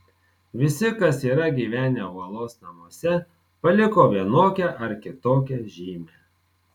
visi kas yra gyvenę uolos namuose paliko vienokią ar kitokią žymę